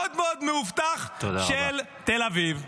המאוד-מאוד מאובטח של תל אביב.